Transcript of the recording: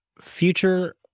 future